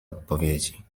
odpowiedzi